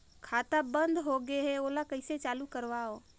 खाता बन्द होगे है ओला कइसे चालू करवाओ?